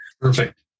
Perfect